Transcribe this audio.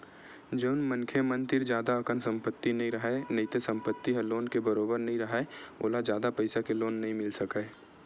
जउन मनखे मन तीर जादा अकन संपत्ति नइ राहय नइते संपत्ति ह लोन के बरोबर नइ राहय ओला जादा पइसा के लोन नइ मिल सकय